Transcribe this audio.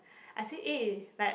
I say eh like